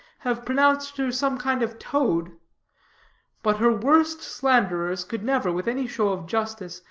have pronounced her some kind of toad but her worst slanderers could never, with any show of justice,